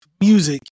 music